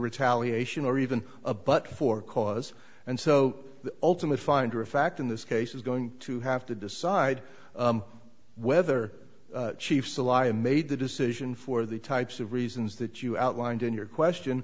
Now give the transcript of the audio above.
retaliation or even a but for cause and so the ultimate finder of fact in this case is going to have to decide whether chief's elia made the decision for the types of reasons that you outlined in your question